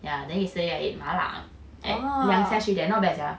ya then yesterday I ate 麻辣 at liang seah street not bad sia